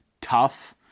tough